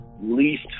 least